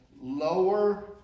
lower